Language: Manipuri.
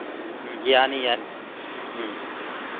ꯎꯝ ꯌꯥꯅꯤ ꯌꯥꯅꯤ ꯎꯝ